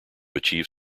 achieve